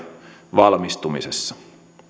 valmistumisessa